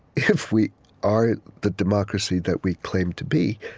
if we are the democracy that we claim to be,